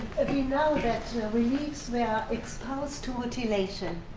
and mean, now that reliefs we are exposed to mutilation,